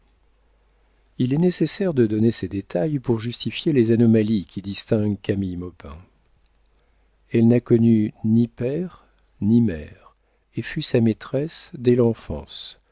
il est nécessaire de donner ces détails pour justifier les anomalies qui distinguent camille maupin elle n'a connu ni père ni mère et fut sa maîtresse dès l'enfance